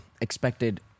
expected